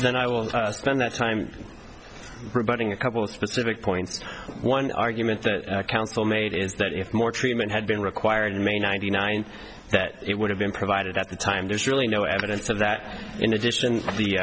reply then i will spend that time rebutting a couple of specific points one argument that counsel made is that if more treatment had been required may ninety nine that it would have been provided at the time there's really no evidence of that in addition to the